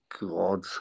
God